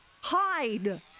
hide